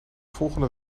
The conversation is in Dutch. volgende